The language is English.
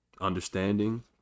understanding